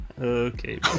Okay